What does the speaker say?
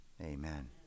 amen